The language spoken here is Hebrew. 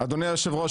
אדוני היושב-ראש,